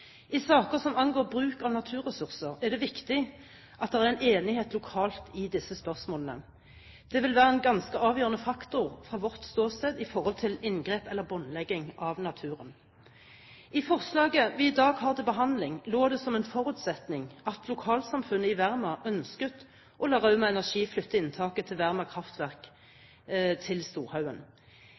I saker som angår bruk av naturressurser, er det viktig at det er enighet lokalt i disse spørsmålene. Det vil være en ganske avgjørende faktor fra vårt ståsted i forhold til inngrep eller båndlegging av naturen. I det forslaget vi i dag har til behandling, lå det som en forutsetning at lokalsamfunnet i Verma ønsket å la Rauma Energi flytte inntaket til Verma kraftverk til Storhaugen.